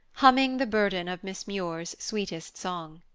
humming the burden of miss muir's sweetest song.